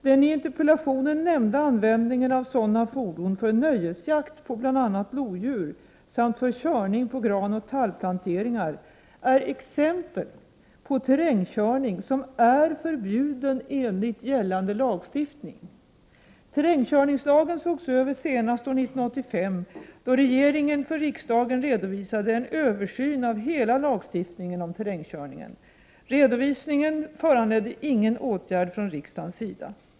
Den i interpellationen nämnda användningen av sådana fordon för nöjesjakt på bl.a. lodjur samt för körning på granoch tallplanteringar, är exempel på terrängkörning som är förbjuden enligt gällande lagstiftning. Terrängkörningslagen sågs över senast år 1985 då regeringen för riksdagen redovisade en översyn av hela lagstiftningen om terrängkörning. Redovisningen föranledde ingen åtgärd från riksdagens sida.